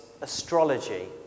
astrology